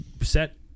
set